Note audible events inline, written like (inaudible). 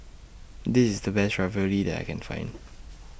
This IS The Best Ravioli that I Can Find (noise)